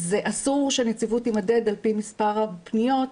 אז אסור שהנציבות תימדד על פי מספר הפניות,